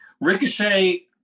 ricochet